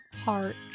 heart